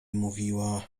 mówiła